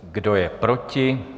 Kdo je proti?